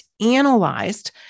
analyzed